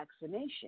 vaccination